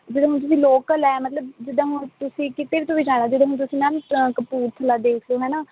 ਜਿੱਦਾਂ ਮਤਲਬ ਕਿ ਲੋਕਲ ਹੈ ਮਤਲਬ ਜਿੱਦਾਂ ਹੁਣ ਤੁਸੀਂ ਕਿਤੇ ਵੀ ਤੁਸੀਂ ਜਾਣਾ ਜਿੱਦਾਂ ਹੁਣ ਤੁਸੀਂ ਮੈਮ ਕਪੂਰਥਲਾ ਦੇਖ ਲਓ ਹੈ ਨਾ